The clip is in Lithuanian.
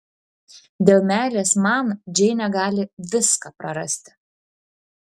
dėl meilės man džeinė gali viską prarasti